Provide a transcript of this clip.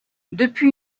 depuis